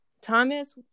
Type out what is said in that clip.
Thomas